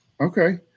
Okay